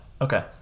Okay